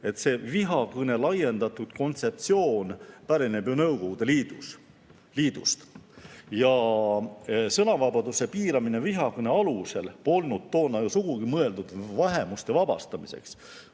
et vihakõne laiendatud kontseptsioon pärineb Nõukogude Liidust. Sõnavabaduse piiramine vihakõne alusel polnud toona sugugi mõeldud vähemuste vabastamiseks,